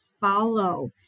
follow